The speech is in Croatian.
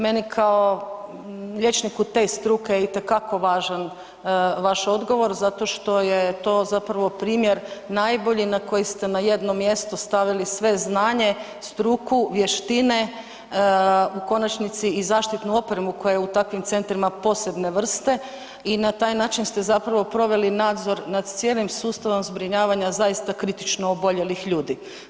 Meni kao liječniku te struke je itekako važan vaš odgovor zato što je to zapravo primjer najbolji na koji ste na jedno mjesto stavili sve znanje, struku, vještine, u konačnici i zaštitu opremu koja je u takvim centrima posebne vrste i na taj način ste zapravo proveli nadzor nad cijelim sustavom zbrinjavanja zaista kritično oboljelih ljudi.